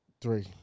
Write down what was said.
Three